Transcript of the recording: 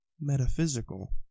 metaphysical